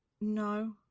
no